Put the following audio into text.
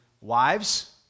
Wives